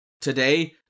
today